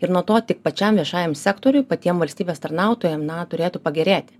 ir nuo to tik pačiam viešajam sektoriui patiem valstybės tarnautojam na turėtų pagerėti